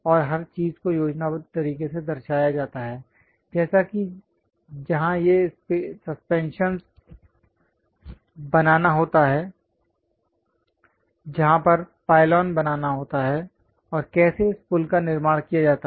और हर चीज को योजनाबद्ध तरीके से दर्शाया जाता है जैसे कि जहां ये सस्पेंशन बनाना होता है जहां पर पाइलॉन बनाना होता है कैसे इस पुल का निर्माण किया जाता है